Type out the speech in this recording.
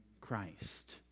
Christ